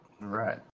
Right